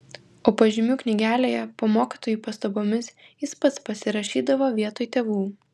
o pažymių knygelėje po mokytojų pastabomis jis pats pasirašydavo vietoj tėvų